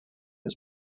his